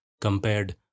compared